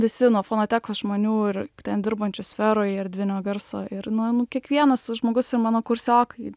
visi nuo fonotekos žmonių ir ten dirbančių sferoj erdvinio garso ir nu nu kiekvienas žmogus ir mano kursiokai